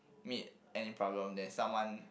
meet any problem there is someone